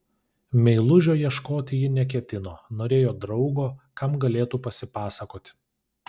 meilužio ieškoti ji neketino norėjo draugo kam galėtų pasipasakoti